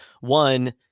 one